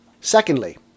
Secondly